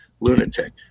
lunatic